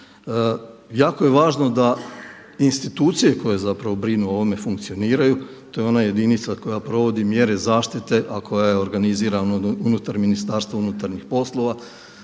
Jako je važno da institucije koje brinu o ovome funkcioniraju, to je ona jedinica koja provodi mjere zaštite, a koja je organizirana unutar MUP-a da funkcionira,